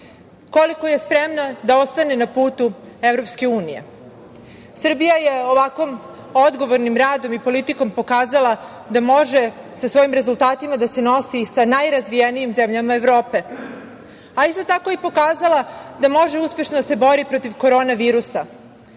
koliko je spremna da ostane na putu EU. Srbija je ovakvo odgovornim radom i politikom pokazala da može sa svojim rezultatima da se nosi i sa najrazvijenijim zemljama Evrope, a isto tako je pokazala da može uspešno da se bori protiv korona virusa,